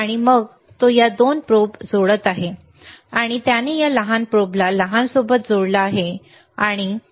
आणि मग तो या 2 प्रोब जोडत आहे आणि त्याने या लहान प्रोबला लहान सोबत जोडला आहे बरोबर